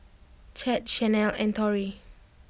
Chet Shanell and Torey